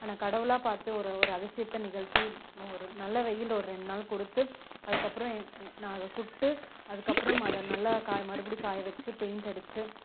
ஆனால் கடவுளாக பார்த்து ஒரு ஒரு அதிசயத்தை நிகழ்த்தி ஒரு நல்ல வெயில் ஒரு ரெண்டு நாள் கொடுத்து அதுக்கப்புறோம் நான் அதை சுட்டு அதுக்கப்புறம் அதை நல்லா மறுபடி காய வச்சு பெயிண்ட் அடித்து